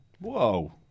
whoa